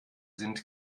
sind